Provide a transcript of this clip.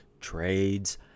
trades